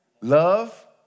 love